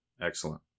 Excellent